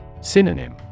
Synonym